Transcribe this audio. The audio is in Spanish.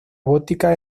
gótica